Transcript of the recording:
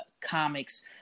Comics